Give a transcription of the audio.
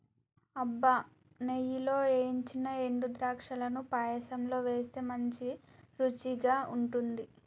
అబ్బ నెయ్యిలో ఏయించిన ఎండు ద్రాక్షలను పాయసంలో వేస్తే మంచి రుచిగా ఉంటుంది